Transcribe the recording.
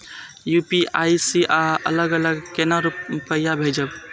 UPI से अलग अलग केना रुपया भेजब